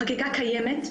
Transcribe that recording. חקיקה קיימת,